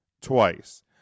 twice